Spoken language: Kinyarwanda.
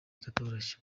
katoroshye